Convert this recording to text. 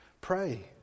pray